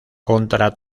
contra